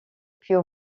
puis